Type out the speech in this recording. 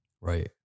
Right